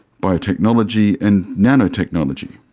biotechnology and nanotechnology.